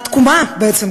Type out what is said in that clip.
בעצם,